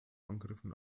angriffen